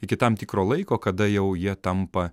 iki tam tikro laiko kada jau jie tampa